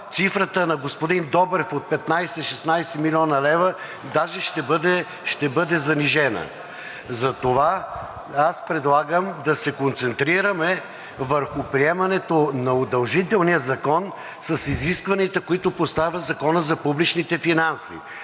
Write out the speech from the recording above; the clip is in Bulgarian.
цифрата на господин Добрев от 15 – 16 млн. лв. даже ще бъде занижена. Затова аз предлагам да се концентрираме върху приемането на удължителния закон с изискванията, които поставя Законът за публичните финанси.